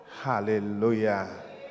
Hallelujah